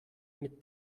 mit